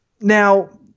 Now